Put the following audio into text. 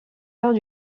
heures